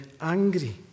angry